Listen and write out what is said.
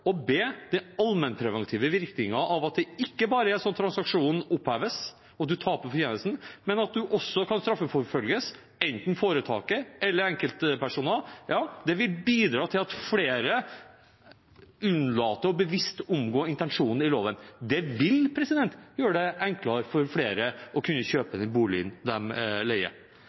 at ikke bare transaksjonen oppheves og man taper fortjenesten, men at man også straffeforfølges, enten foretaket eller enkeltpersoner, og det vil bidra til at flere unnlater bevisst å omgå intensjonen i loven. Det vil gjøre det enklere for flere å kunne kjøpe den boligen de leier.